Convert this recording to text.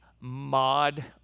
mod